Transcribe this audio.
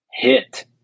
hit